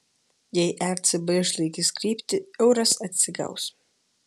jei ecb išlaikys kryptį euras atsigaus